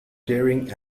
daring